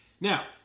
Now